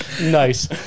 Nice